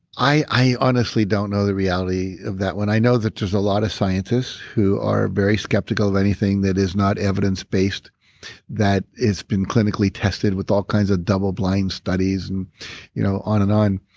i i honestly don't know the reality of that one. i know that there's a lot of scientists who are very skeptical of anything that is not evidence based that has been clinically testes with all kinds of double blind studies and you know on and on.